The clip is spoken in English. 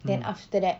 then after that